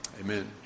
Amen